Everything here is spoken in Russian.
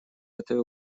этой